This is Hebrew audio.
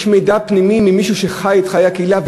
יש מידע פנימי ממישהו שחי את חיי הקהילה,